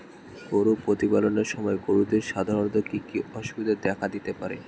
গরু প্রতিপালনের সময় গরুদের সাধারণত কি কি অসুবিধা দেখা দিতে পারে?